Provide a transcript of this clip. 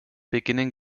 beginnen